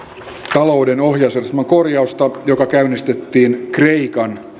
talouden ohjausjärjestelmän korjausta joka käynnistettiin kreikan